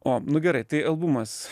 o nu gerai tai albumas